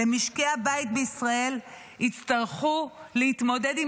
ומשקי הבית בישראל יצטרכו להתמודד עם